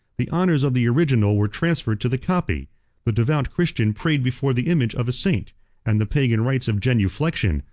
the honors of the original were transferred to the copy the devout christian prayed before the image of a saint and the pagan rites of genuflection,